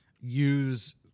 use